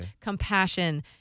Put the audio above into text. compassion